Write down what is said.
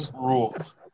rules